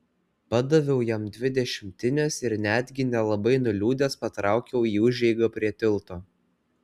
padaviau jam dvi dešimtines ir netgi nelabai nuliūdęs patraukiau į užeigą prie tilto